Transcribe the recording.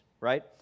right